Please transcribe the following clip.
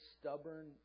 stubborn